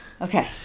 okay